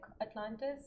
Atlantis